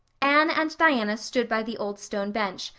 anne and diana stood by the old stone bench,